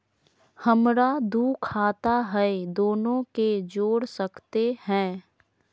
हमरा दू खाता हय, दोनो के जोड़ सकते है?